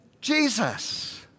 Jesus